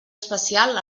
especial